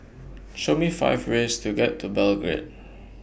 Show Me five ways to get to Belgrade